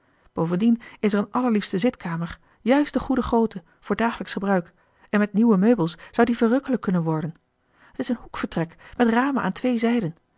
boven is er een allerliefste zitkamer juist de goede grootte voor dagelijksch gebruik en met nieuwe meubels zou die verrukkelijk kunnen worden het is een hoek vertrek met ramen aan twee zijden